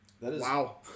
Wow